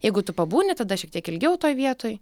jeigu tu pabūni tada šiek tiek ilgiau toj vietoj